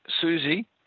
Susie